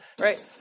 Right